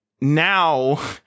now